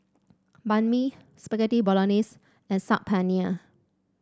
Banh Mi Spaghetti Bolognese and Saag Paneer